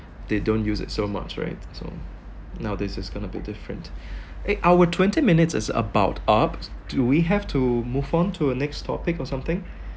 they don't use it so much right so now this is gonna be different eh our twenty minutes is about up do we have to move on to a next topic or something